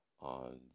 on